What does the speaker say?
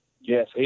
Yes